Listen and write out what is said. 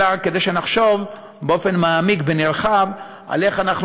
אלא כדאי שנחשוב באופן מעמיק ונרחב על איך אנחנו